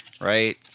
Right